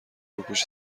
روپوش